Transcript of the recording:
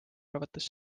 arvates